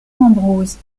ambrose